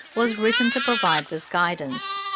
was written to provide this guidance.